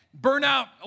Burnout